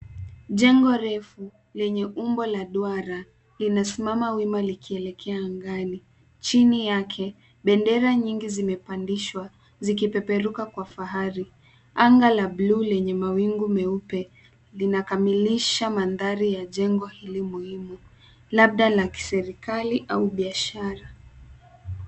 Jengo refu lenye umbo la duara linasimama wima likielekea angani. Chini yake bendera nyingi zimepandishwa zikipeperuka kwa fahari. Anga la blue lenye mawingu meupe linakamilisha mandhari ya jengo hili muhimu labda la kiserikali au biashara.